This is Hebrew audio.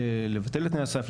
לבטל את תנאי הסף,